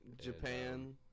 Japan